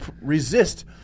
resist